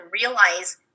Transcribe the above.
realize